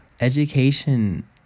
education